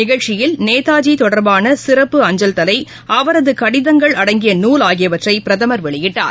நிகழ்ச்சியில் நேதாஜிதொடர்பானசிறப்பு அஞ்சல்தலை அவரதுகடிதங்கள் நூல் ஆகியவற்றைபிரதமர் வெளியிட்டார்